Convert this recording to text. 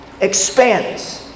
expands